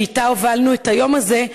שאתה הובלנו את היום הזה,